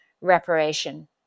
reparation